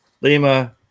Lima